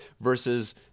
versus